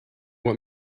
want